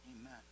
Amen